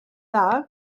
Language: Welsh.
dda